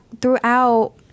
throughout